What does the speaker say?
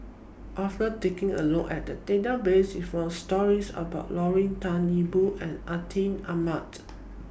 after taking A Look At The Database We found stories about Lorna Tan Yo Po and Atin Amat